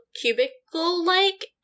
cubicle-like